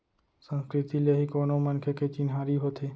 संस्कृति ले ही कोनो मनखे के चिन्हारी होथे